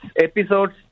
episodes